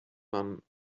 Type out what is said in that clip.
man